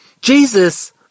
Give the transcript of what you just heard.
Jesus